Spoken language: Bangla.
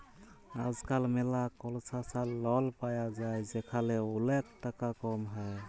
আজকাল ম্যালা কনসেশলাল লল পায়া যায় যেখালে ওলেক টাকা কম হ্যয়